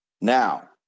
now